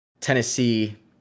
Tennessee